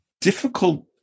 difficult